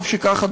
טוב שכך,